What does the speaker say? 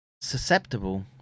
susceptible